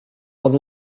oedd